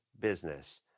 business